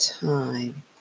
time